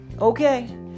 Okay